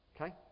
Okay